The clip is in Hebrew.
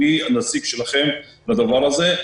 מי הנציג שלכם בדבר הזה.